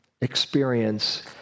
experience